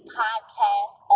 podcast